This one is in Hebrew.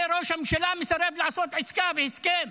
ראש הממשלה מסרב לעשות עסקה והסכם,